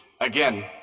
again